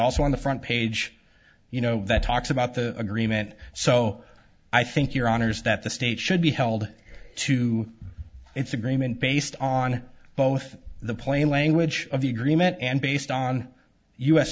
also on the front page you know that talks about the agreement so i think your honour's that the state should be held to its agreement based on both the plain language of the agreement and based on u